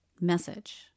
message